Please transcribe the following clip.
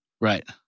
Right